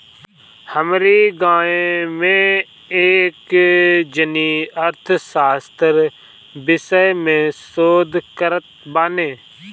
हमरी गांवे में एक जानी अर्थशास्त्र विषय में शोध करत बाने